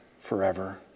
forever